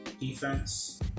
Defense